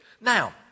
Now